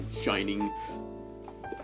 shining